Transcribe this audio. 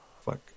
Fuck